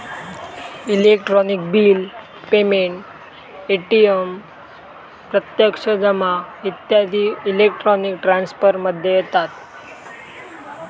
electronic bill payment, ATM प्रत्यक्ष जमा इत्यादी इलेक्ट्रॉनिक ट्रांसफर मध्ये येता